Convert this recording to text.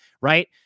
right